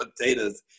potatoes